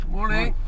Morning